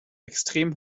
extrem